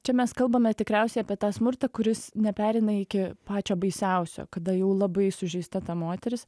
čia mes kalbame tikriausiai apie tą smurtą kuris nepereina iki pačio baisiausio kada jau labai sužeista ta moteris